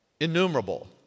innumerable